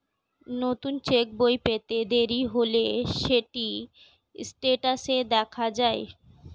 নতুন চেক্ বই পেতে দেরি হলে সেটি স্টেটাসে দেখা যায়